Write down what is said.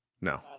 No